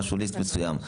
לא.